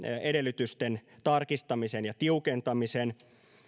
edellytysten tarkistamisen ja tiukentamisen